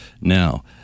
Now